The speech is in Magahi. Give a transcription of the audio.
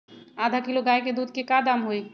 आधा किलो गाय के दूध के का दाम होई?